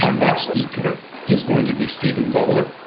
and next speaker is going to be stephen bowler.